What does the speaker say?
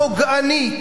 פוגענית,